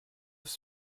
have